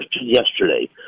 yesterday